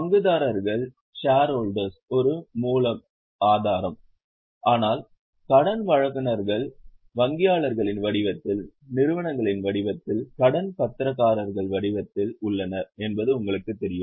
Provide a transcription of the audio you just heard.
பங்குதாரர் ஒரு மூலம் ஆதாரம் ஆனால் கடன் வழங்குநர்கள் வங்கியாளர்களின் வடிவத்தில் நிறுவனங்களின் வடிவத்தில் கடன் பத்திரதாரர்களின் வடிவத்தில் உள்ளனர் என்பது உங்களுக்குத் தெரியும்